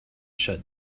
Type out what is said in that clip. shut